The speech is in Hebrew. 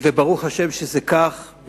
וברוך השם שזה כך,